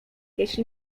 jeśli